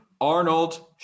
Arnold